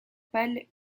pâle